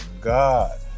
god